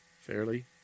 fairly